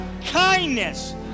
kindness